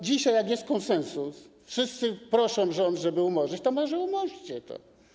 Dzisiaj jak jest konsensus, wszyscy proszą rząd, żeby to umorzyć, to może umórzcie to.